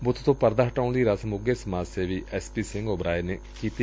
ਬੂੱਤ ਤੋਂ ਪਰਦਾ ਹੱਟਾਉਣ ਦੀ ਰਸਮ ਉੱਘੇ ਸਮਾਜ ਸੇਵੀ ਐਸ ਪੀ ਸਿੰਘ ਓਬਰਾਏ ਨੇ ਅਦਾ ਕੀਤੀ